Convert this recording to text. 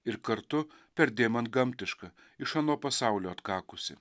ir kartu perdėm antgamtiška iš ano pasaulio atkakusi